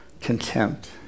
contempt